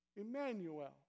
Emmanuel